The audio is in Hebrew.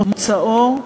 מוצאו,